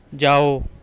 ਜਾਓ